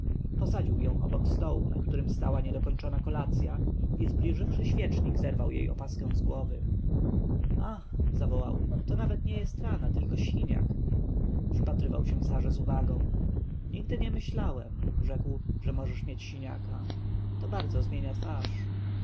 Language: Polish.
posadził ją obok stołu na którym stała niedokończona kolacja i zbliżywszy świecznik zerwał jej opaskę z głowy ach zawołał to nawet nie jest rana tylko siniak przypatrywał się sarze z uwagą nigdy nie myślałem rzekł że możesz mieć siniaka to bardzo zmienia twarz